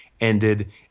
ended